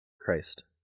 Christ